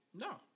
No